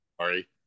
Sorry